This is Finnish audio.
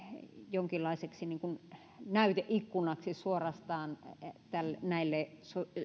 jonkinlaiseksi näyteikkunaksi suorastaan näille